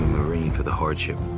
marine for the hardship.